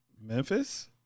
Memphis